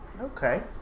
okay